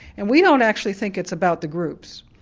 and we don't actually think it's about the groups,